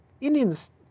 Indians